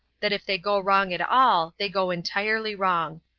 that if they go wrong at all they go entirely wrong.